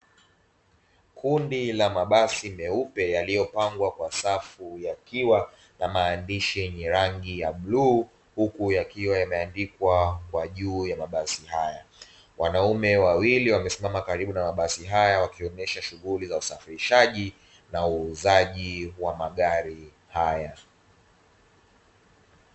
Kundi la mabasi meupe yaliyopangwa kwa safu, yakiwa na maandishi yenye rangi ya bluu huku yakiwa yameandikwa kwa juu ya mabasi haya. Wanaume wawili wamesimama karibu na mabasi haya, wakionyesha shughuli za usafirishaji nauzaji wa magari haya.